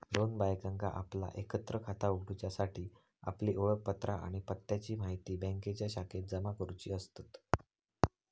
दोन बायकांका आपला एकत्र खाता उघडूच्यासाठी आपली ओळखपत्रा आणि पत्त्याची म्हायती बँकेच्या शाखेत जमा करुची असतत